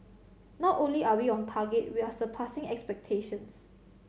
not only are we on target we are surpassing expectations